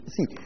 See